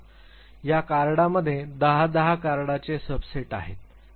या कार्डामध्ये दहा दहा कार्डाचे सबसेट आहेत